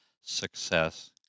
success